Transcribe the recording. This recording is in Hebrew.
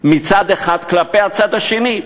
צד אחד כלפי הצד השני.